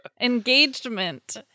Engagement